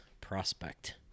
prospect